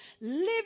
living